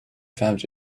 found